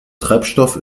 treibstoff